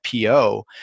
PO